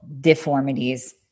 deformities